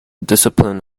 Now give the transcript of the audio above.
discipline